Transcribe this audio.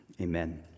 Amen